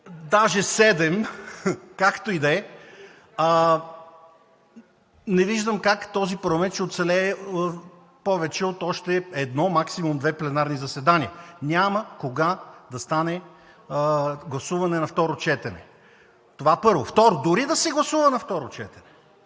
Даже седем – както и да е. Не виждам как този парламент ще оцелее повече от още едно, максимум две пленарни заседания. Няма кога да стане гласуване на второ четене. Това – първо. Второ, дори да се гласува на второ четене,